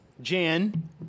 Jan